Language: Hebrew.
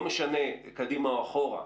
לא משנה קדימה או אחורה,